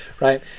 right